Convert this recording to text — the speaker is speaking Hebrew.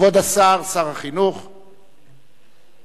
כבוד השר, שר החינוך, בבקשה.